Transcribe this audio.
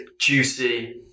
juicy